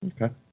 Okay